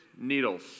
needles